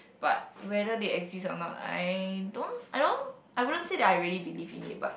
but whether they exist or not I don't I don't I wouldn't say that I really believe in it but